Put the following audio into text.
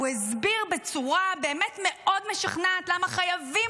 הוא הסביר בצורה מאוד משכנעת למה חייבים